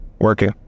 working